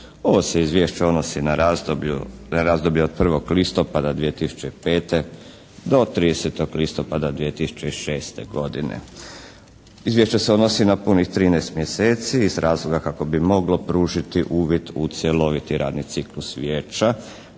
Ovo se izvješće odnosi na razdoblje od 1. listopada 2005. do 30. listopada 2006. godine. Izvješće se odnosi na punih 13 mjeseci iz razloga kako bi moglo pružiti uvid u cjeloviti radni ciklus vijeća